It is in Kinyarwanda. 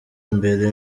imbere